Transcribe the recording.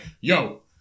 yo